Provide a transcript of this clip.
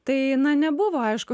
tai na ne buvo aišku